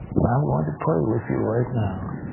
and i am going to pray with you right now.